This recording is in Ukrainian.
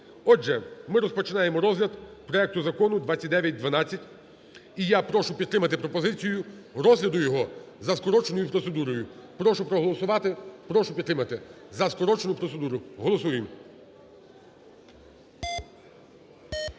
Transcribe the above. Отже, ми розпочинаємо розгляд проекту Закону 2912. І я прошу підтримати пропозицію розгляду його за скороченою процедурою. Прошу проголосувати, прошу підтримати, за скороченою процедурою. Голосуємо.